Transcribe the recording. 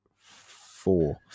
four